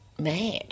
mad